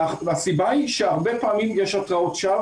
מהסיבה היא שהרבה פעמים יש התראות שווא,